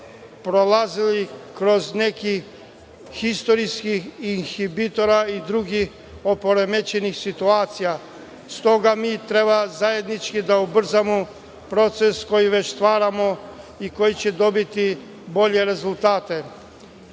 prolazili kroz neki istorijski inhibitora i drugih oporemećenih situacija. S toga mi treba zajednički da ubrzamo proces koji već stvaramo i koji će dobiti bolje rezultate. Cenimo